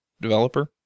developer